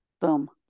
Boom